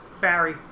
Barry